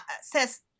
says